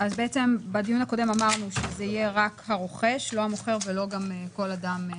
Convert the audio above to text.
בדיון הקודם אמרנו שזה יהיה רק הרוכש ולא המוכר ולא כל אדם אחר.